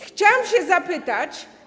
Chciałam się zapytać.